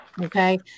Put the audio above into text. Okay